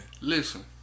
Listen